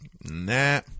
nah